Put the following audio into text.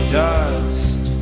dust